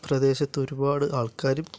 പ്രദേശത്ത് ഒരുപാട് ആൾക്കാരും